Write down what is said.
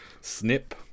snip